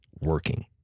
Working